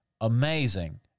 amazing